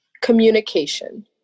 Communication